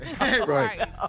Right